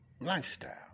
lifestyle